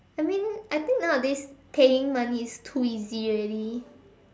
I mean I think nowadays paying money is too easy already